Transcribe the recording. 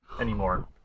anymore